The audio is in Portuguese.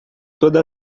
toda